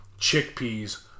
chickpeas